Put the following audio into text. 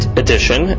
edition